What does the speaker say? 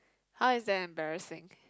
how is that embarrassing